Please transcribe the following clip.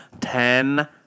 Ten